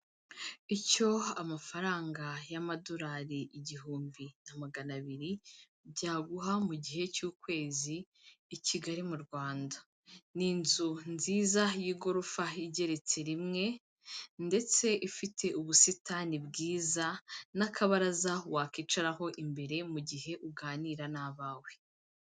Icyo amafaranga y'amadolari igihumbi na magana abiri byaguha mu gihe cy'ukwezi i Kigali mu Rwanda, ni inzu nziza y'igorofa igeretse rimwe ndetse ifite ubusitani bwiza, n'akabaraza wakwicaraho imbere mu gihe uganira n'abawe.